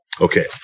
Okay